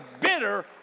bitter